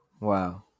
Wow